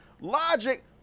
Logic